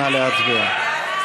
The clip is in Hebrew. נא להצביע.